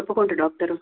తప్పకుండా డాక్టరు